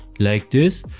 like this.